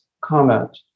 comment